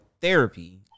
therapy